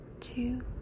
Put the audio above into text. two